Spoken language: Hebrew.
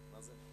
בעד, 12, נמנעים,